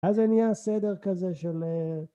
אז זה נהיה סדר כזה של...